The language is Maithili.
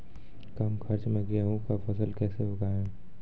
कम खर्च मे गेहूँ का फसल कैसे उगाएं?